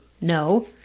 No